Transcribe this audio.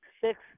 six